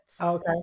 Okay